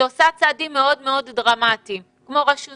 שהיא עושה צעדים מאוד מאוד דרמטיים כמו רשות